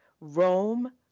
Rome